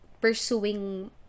pursuing